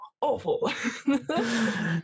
awful